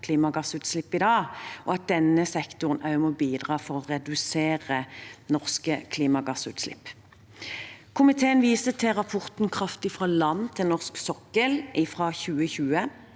klimagassutslipp i dag, og at denne sektoren også må bidra for å redusere norske klimagassutslipp. Komiteen viser til rapporten Kraft fra land til norsk sokkel, fra 2020.